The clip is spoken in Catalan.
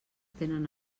tenen